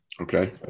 Okay